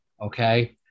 okay